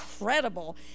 incredible